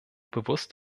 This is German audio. bewusst